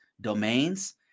domains